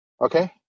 okay